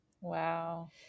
Wow